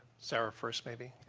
sarah first maybe?